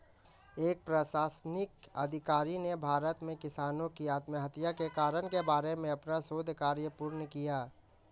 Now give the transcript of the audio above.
एक प्रशासनिक अधिकारी ने भारत में किसानों की आत्महत्या के कारण के बारे में अपना शोध कार्य पूर्ण किया